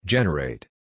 Generate